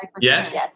Yes